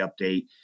update